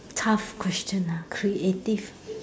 tough question ah creative